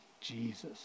Jesus